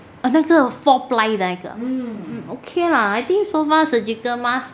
那个 four ply 的那个 um okay lah I think so far surgical mask